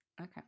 Okay